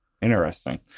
interesting